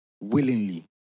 willingly